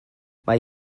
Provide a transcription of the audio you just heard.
mae